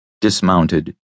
dismounted